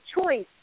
choice